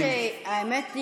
האמת,